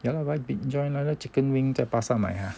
ya lah buy mid joint 那个 chicken wing 在巴刹买 !huh!